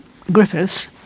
Griffiths